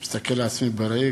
אני מסתכל על עצמי בראי.